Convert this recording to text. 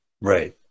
Right